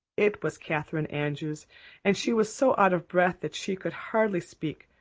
it was catherine andrews and she was so out of breath that she could hardly speak,